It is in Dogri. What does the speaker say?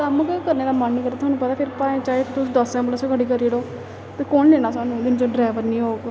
कम्म गै करने दा मन निं करदा थुहानूं पता भाएं चाहे तुस दस ऐंबुलेंसां खड़ी करी ओड़ो ते कौन लैना सानूं जे ड्रैवर निं होग